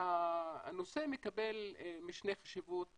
הנושא מקבל משנה חשיבות